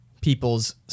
people's